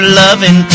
loving